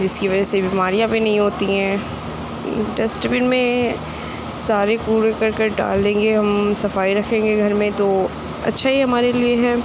جس کی وجہ سے بیماریاں بھی نہیں ہوتی ہیں ڈسٹ بن میں سارے کوڑے کرکٹ ڈال دیں گے ہم صفائی رکھیں گے گھر میں تو اچھا ہی ہمارے لیے ہے